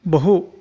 बहु